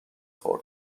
خورد